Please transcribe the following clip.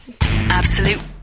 absolute